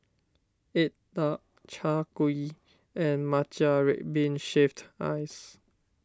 Egg Tart Chai Kuih and Matcha Red Bean Shaved Ice